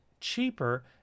cheaper